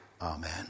Amen